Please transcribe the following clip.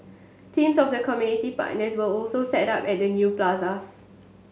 teams of the community partners will also set up at the new plazas